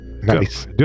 Nice